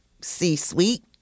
C-suite